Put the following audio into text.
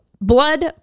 blood